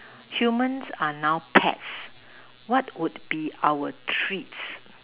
humans are now pets what would be our treats